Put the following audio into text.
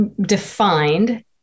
defined